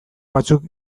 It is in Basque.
batzuk